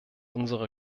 unsere